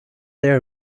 air